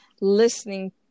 listening